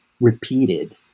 repeated